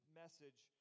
message